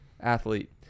athlete